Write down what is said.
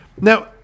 Now